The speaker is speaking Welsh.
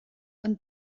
ond